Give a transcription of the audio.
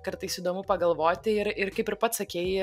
kartais įdomu pagalvoti ir ir kaip ir pats sakei